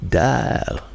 dial